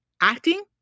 acting